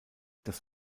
das